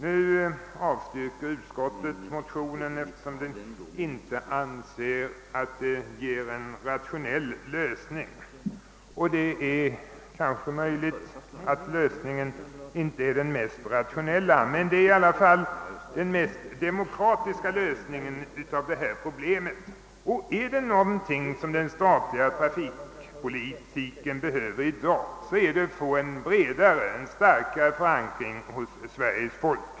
Statsutskottet har avstyrkt motionerna därför att utskottet inte ansett att den föreslagna lösningen skulle vara rationell. Möjligt är också att den lösning som föreslagits inte är den mest rationella, men det är i varje fall den mest demokratiska lösningen på problemen. Och om det är någonting som den statliga trafikpolitiken i dag behöver, så är det en starkare förankring hos Sveriges folk.